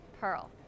Pearl